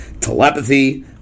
telepathy